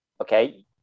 okay